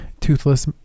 toothless